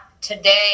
today